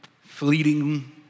fleeting